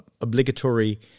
obligatory